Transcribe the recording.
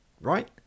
right